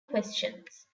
questions